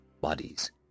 bodies